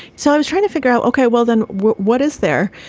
so i was trying to figure out, ok, well, then what what is there?